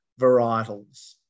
varietals